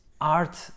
art